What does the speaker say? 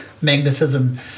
magnetism